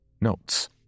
notes